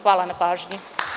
Hvala na pažnji.